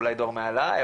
אולי דור מעליי,